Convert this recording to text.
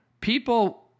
People